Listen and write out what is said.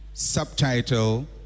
Subtitle